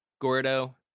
Gordo